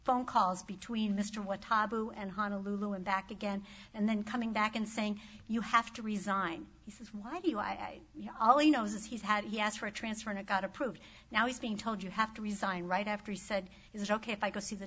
phone calls between mr what tabu and honolulu and back again and then coming back and saying you have to resign he says why do you why you all you know says he's had he asked for a transfer and it got approved now he's being told you have to resign right after he said it was ok if i go see the